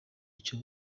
icyo